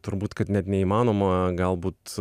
turbūt kad net neįmanoma galbūt